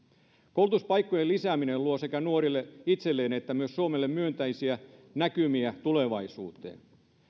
koulutuspaikkojen lisääminen luo sekä nuorille itselleen että myös suomelle myönteisiä näkymiä tulevaisuuteen